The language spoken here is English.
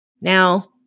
Now